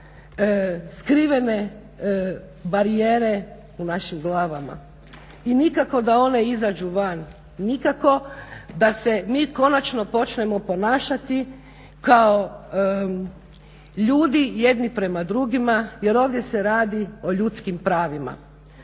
skrivene barijere u našim glavama i nikako da one izađu van, nikako da se mi konačno počnemo ponašati kao ljudi jedni prema drugima jer ovdje se radi o ljudskim pravila.